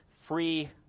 free